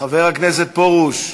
חבר הכנסת פרוש,